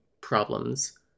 problems